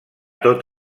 tot